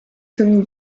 tommy